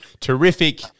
terrific